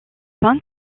pin